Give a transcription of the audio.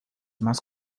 más